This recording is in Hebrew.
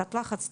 הפחתת לחץ,